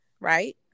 right